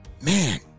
Man